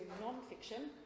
non-fiction